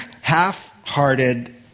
Half-Hearted